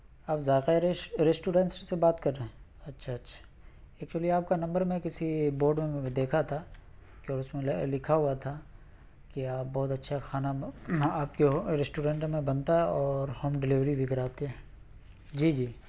آپ ذائقہ ریسٹورنٹ سے بات کر رہے ہیں اچھا اچھا ایکچلی آپ کا نمبر میں کسی بورڈ میں دیکھا تھا کہ اس میں لکھا ہوا تھا کہ آپ بہت اچھا کھانا آپ کے ریسٹورنٹ میں بنتا ہے اور ہوم ڈلیوری بھی کراتے ہیں جی جی